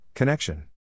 Connection